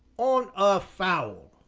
on a foul!